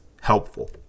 helpful